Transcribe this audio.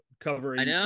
covering